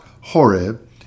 Horeb